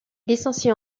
licencié